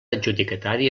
adjudicatari